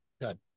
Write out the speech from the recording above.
good